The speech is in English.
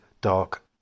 Dark